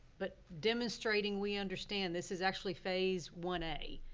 but demonstrating we understand this is actually phase one a.